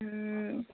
ও